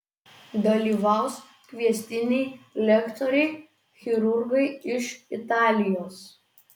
dalyvaus kviestiniai lektoriai chirurgai iš italijos